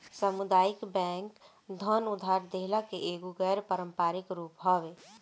सामुदायिक बैंक धन उधार देहला के एगो गैर पारंपरिक रूप हवे